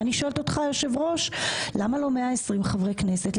אני שואלת אותך היושב ראש למה לא 120 חברי כנסת?